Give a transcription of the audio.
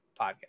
Podcast